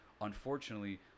unfortunately